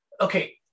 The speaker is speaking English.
okay